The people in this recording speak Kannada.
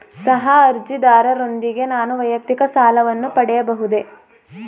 ಸಹ ಅರ್ಜಿದಾರರೊಂದಿಗೆ ನಾನು ವೈಯಕ್ತಿಕ ಸಾಲವನ್ನು ಪಡೆಯಬಹುದೇ?